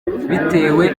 bitewe